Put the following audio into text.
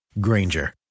Granger